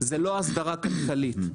זו לא הסדרה כלכלית.